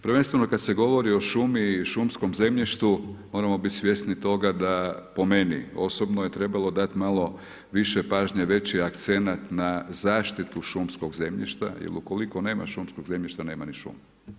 Prvenstveno kad se govori o šumi i šumskom zemljištu moramo bit svjesni toga da po meni osobno je trebalo dat malo više pažnje, veći akcenat na zaštitu šumskog zemljišta jer ukoliko nema šumskog zemljišta nema ni šuma.